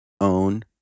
own